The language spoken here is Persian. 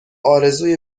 آرزوی